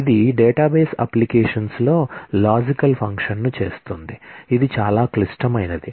ఇది చాలా క్లిష్టమైనది